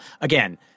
Again